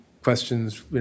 Questions